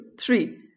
three